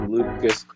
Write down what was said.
Lucas